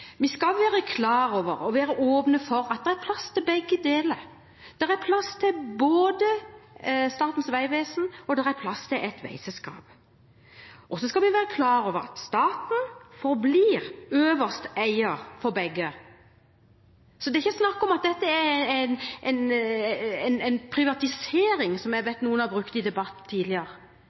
Vi skal være klar over og være åpne for at det er plass til begge selskaper. Det er plass til Statens vegvesen, og det er plass til et veiselskap. Og så skal vi være klar over at staten forblir øverste eier av begge, så det er ikke snakk om at dette er en privatisering, som jeg vet noen har brukt i en debatt tidligere.